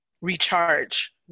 recharge